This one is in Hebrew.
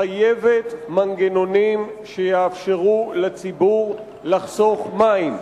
חייבת מנגנונים שיאפשרו לציבור לחסוך מים.